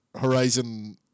Horizon